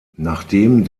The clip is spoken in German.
nachdem